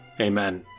Amen